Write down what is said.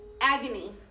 agony